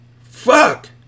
Fuck